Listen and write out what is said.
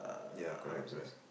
ya correct correct